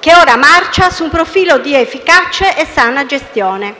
che ora marcia su un profilo di efficace e sana gestione»: